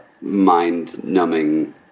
mind-numbing